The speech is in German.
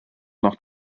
noch